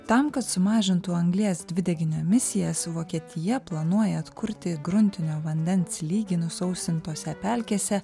tam kad sumažintų anglies dvideginio emisijas vokietija planuoja atkurti gruntinio vandens lygį nusausintose pelkėse